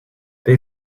they